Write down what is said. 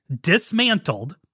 dismantled